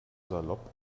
salopp